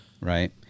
right